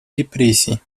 репрессий